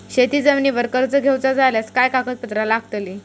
शेत जमिनीवर कर्ज घेऊचा झाल्यास काय कागदपत्र लागतली?